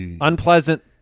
unpleasant